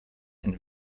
and